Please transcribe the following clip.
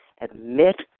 admit